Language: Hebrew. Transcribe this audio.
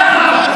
שומע,